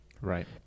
Right